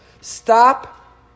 stop